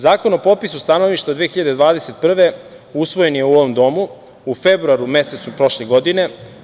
Zakon o popisu stanovništva 2021. godine usvojen je u ovom domu u februaru mesecu prošle godine.